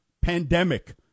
pandemic